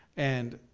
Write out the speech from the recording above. and,